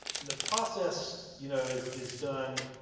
the process, you know, is is done.